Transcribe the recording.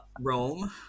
Rome